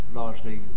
largely